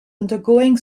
undergoing